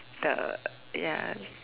the ya